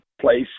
place